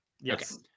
Yes